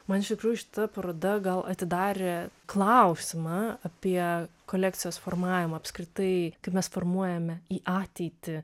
man iš tikrųjų šita paroda gal atidarė klausimą apie kolekcijos formavimą apskritai kaip mes formuojame į ateitį